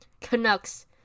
Canucks